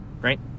right